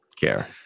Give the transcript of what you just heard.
care